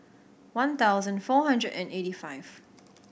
one thousand four hundred and eighty five